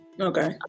Okay